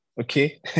okay